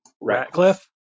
Ratcliffe